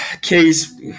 case